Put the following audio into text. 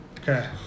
Okay